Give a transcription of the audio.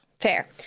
Fair